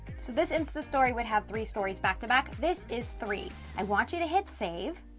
so this insta story would have three stories back to back, this is three, i want you to hit save,